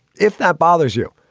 if that bothers you,